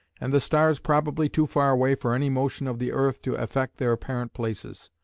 and the stars probably too far away for any motion of the earth to affect their apparent places.